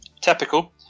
Typical